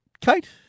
Kate